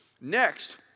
Next